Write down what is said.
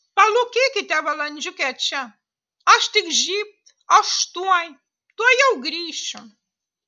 palūkėkite valandžiukę čia aš tik žybt aš tuoj tuojau grįšiu